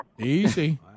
Easy